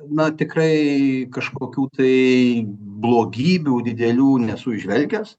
na tikrai kažkokių tai blogybių didelių nesu įžvelgęs